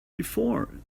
before